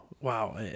Wow